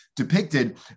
depicted